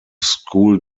school